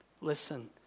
Listen